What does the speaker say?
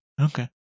Okay